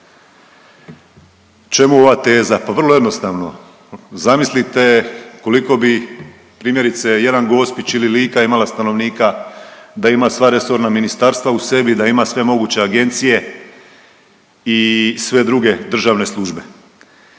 Čemu ova teza? Pa vrlo jednostavno, zamislite koliko bi primjerice jedan Gospić ili Lika imala stanovnika da ima sva resorna ministarstva u sebi, da ima sve moguće agencije i sve druge državne službe,